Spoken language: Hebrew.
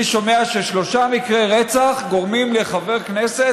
אני שומע ששלושה מקרי רצח גורמים לחבר כנסת